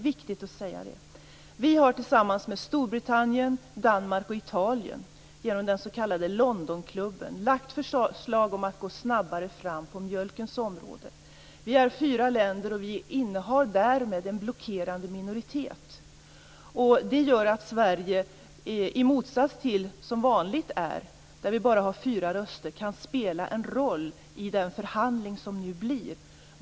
Vi har tillsammans med Storbritannien, Danmark och Italien genom den s.k. Londonklubben lagt fram ett förslag om att man skall gå snabbare fram på mjölkens område. Vi är fyra länder och vi innehar därmed en blockerande minoritet. Det gör att Sverige - i motsats till det vanliga förhållandet när vi bara har fyra röster - kan spela en roll i den förhandling som nu skall bli.